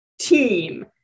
team